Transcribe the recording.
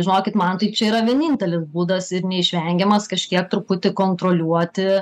žinokit man tai čia yra vienintelis būdas ir neišvengiamas kažkiek truputį kontroliuoti